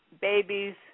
babies